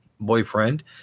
boyfriend